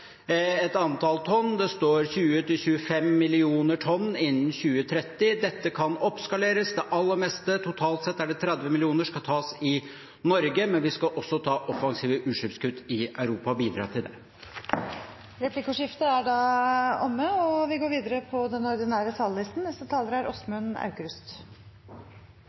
et antall tonn, det står 20 millioner tonn–25 millioner tonn innen 2030. Dette kan oppskaleres. Det aller meste – totalt 30 millioner tonn – skal tas i Norge, men vi skal også bidra til offensive utslippskutt i Europa. Replikkordskiftet er omme. Klimautfordringen er vår aller største utfordring. Det er en setning vi sier så ofte at det nesten kan høres ut som en klisjé. Men det er